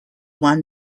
one